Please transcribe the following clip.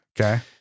Okay